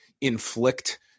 inflict